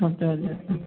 പത്ത് മതി ആ